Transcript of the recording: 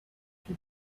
who